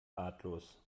ratlos